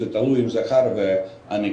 תלוי אם זה זכר או נקבה,